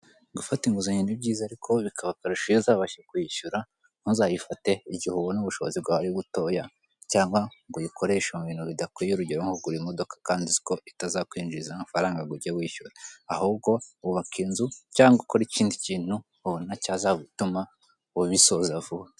Gufata inguzanyo ni byiza ariko bikaba akarusho iyo uzabasha kuyishyura ntuzayifate igihe ubona ubushobozi bwawe butoya cyangwa ngo uyikoreshe mu bintu bidakwiye urugero nko kugura imodoka kandi uzi ko itazakwinjiza amafaranga ngo ujye wishyura, ahubwo wubaka inzu cyangwa ukora ikindi kintu ubona cyazatuma ubabisohoza vuba.